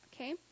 okay